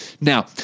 Now